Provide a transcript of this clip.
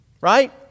right